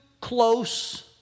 close